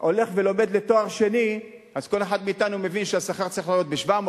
הולך ולומד לתואר שני אז כל אחד מאתנו מבין שהשכר צריך לעלות ב-700,